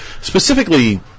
specifically